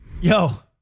yo